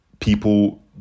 people